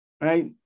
right